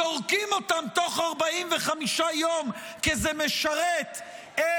זורקים אותם תוך 45 יום כי זה משרת את